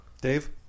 Dave